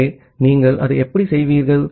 ஆகவே நீங்கள் அதை எப்படி செய்வீர்கள்